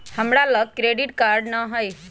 हमरा लग credit card नऽ हइ